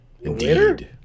Indeed